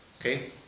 Okay